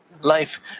life